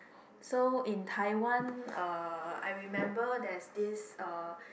so in Taiwan uh I remember there's this uh